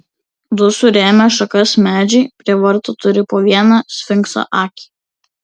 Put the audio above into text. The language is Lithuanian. du surėmę šakas medžiai prie vartų turi po vieną sfinkso akį